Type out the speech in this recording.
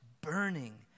burning